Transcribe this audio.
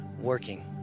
working